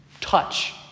touch